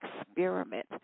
experiment